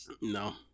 No